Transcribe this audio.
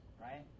Right